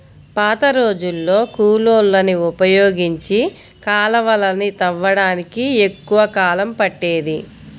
పాతరోజుల్లో కూలోళ్ళని ఉపయోగించి కాలవలని తవ్వడానికి ఎక్కువ కాలం పట్టేది